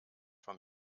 vom